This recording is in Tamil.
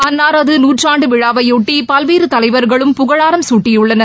அன்னாரது நூற்றாண்டு விழாவையொட்டி பல்வேறு தலைவர்களும் புகழாரம் சூட்டியுள்ளனர்